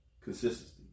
consistency